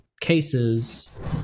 cases